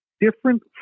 different